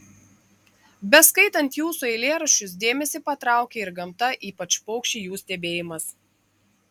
beskaitant jūsų eilėraščius dėmesį patraukia ir gamta ypač paukščiai jų stebėjimas